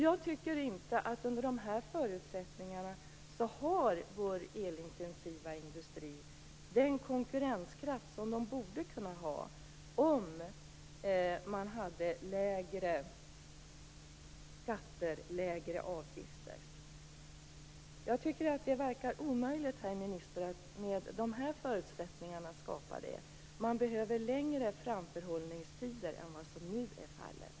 Jag tycker inte att vår elintensiva industri under de här förutsättningarna har den konkurrenskraft som den borde kunna ha med lägre skatter och avgifter. Jag tycker att det verkar omöjligt, herr minister, att skapa detta med de här förutsättningarna. Man behöver längre framförhållningstider än vad som nu är fallet.